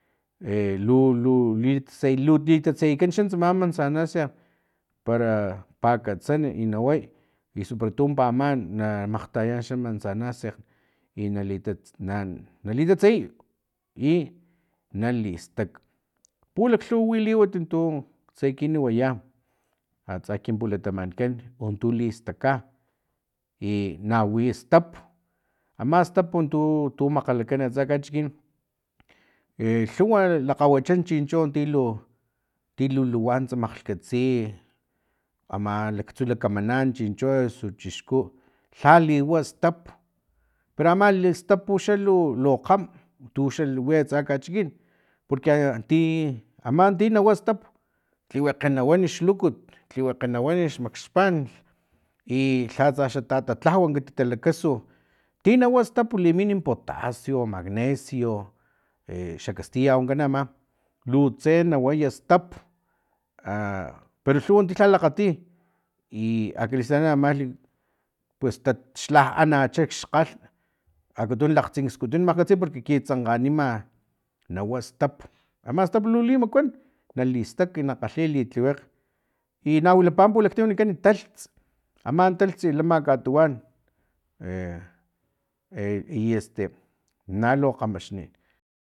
E lu lu li tatseyikan xa tsama manzana sekg para pakatsan i na way eso para tu paman na makgtayayan xa manzana sekg i nali ta nalitatseyiy i nalistak pulaklhuwa wi liwat tutse ekinan waya atsa kin pulatamatkan untu listaka i na wi stap ama stapu tu tu makgalakan atsa kachikin e lhuwa lakgawachan chinchi ti lo ti lu luwants makgkatsi ama laktsu lakamanan chincho osu chixku lha liwa stap pero ama li stap lu kgam tuxa wi atsa kachikin porque ti aman ti nawa stap tliwekge na wan xlukut tliwekge na wan xmakxpan i lhatsa xa tatatlau kati talakasu ti nawa stap na limin potasio magnesio exa castilla wankan ama lutse na way stap a pero lhuw tilha lha lakgati i akalistal ama pues taxla naan xkgalh akatunu laktsinskutu makgkatsi porque tsankganima nawa stap ama stap lu limakuan na listak na kgalhiy litliwekg i na wilapa pulaktim tu wanikan talhts ama talhts lama katuwan e e i este nalu kgamaxnin